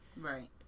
Right